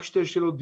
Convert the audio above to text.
רק שתי שאלות.